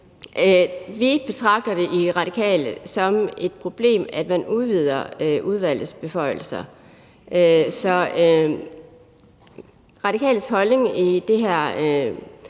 betragter det som et problem, at man udvider udvalgets beføjelser, så Radikales holdning i den her